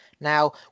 Now